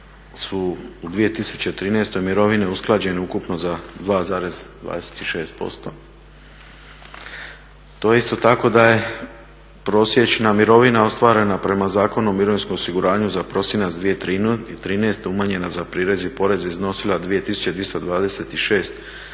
su u 2013. mirovine usklađene ukupno za 2,26%. Isto tako da je prosječna mirovina ostvarena prema Zakonu o mirovinskom osiguranju za prosinac 2013. umanjena za prirez i porez iznosila 2226,29